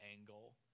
angle